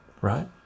right